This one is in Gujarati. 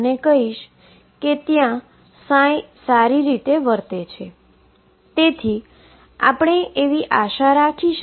યાદ કરો કે હાઈઝનબર્ગના ક્વોન્ટમ મિકેનિક્સના સમીકરણમાં સૌથી લોએસ્ટ એનર્જી ℏω2 હતી